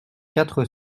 quatre